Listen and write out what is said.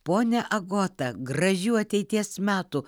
ponia agota gražių ateities metų